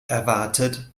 erwartet